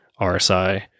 RSI